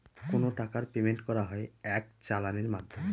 কোনো টাকার পেমেন্ট করা হয় এক চালানের মাধ্যমে